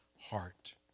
heart